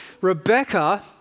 Rebecca